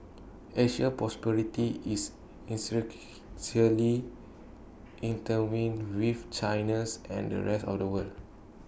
Asia's prosperity is intertwined with China's and the rest of the world